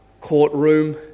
courtroom